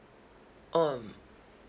um